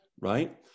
right